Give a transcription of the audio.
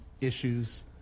issues